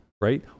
right